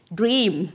dream